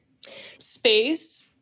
space